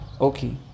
okay